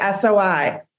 SOI